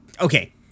Okay